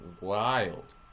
wild